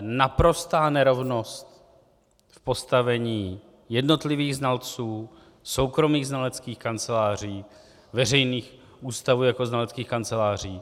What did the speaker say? Naprostá nerovnost v postavení jednotlivých znalců, soukromých znaleckých kanceláří, veřejných ústavů jako znaleckých kanceláří.